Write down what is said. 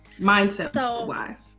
mindset-wise